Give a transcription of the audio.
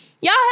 Y'all